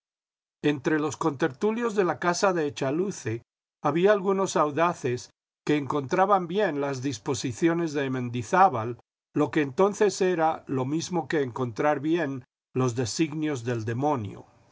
entre los contertulios de la casa de echaluce había algunos audaces que encontraban bien las disposiciones de mendizábal lo que entonces era lo mismo que encontrar bien los designios del demionio